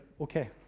Okay